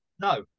No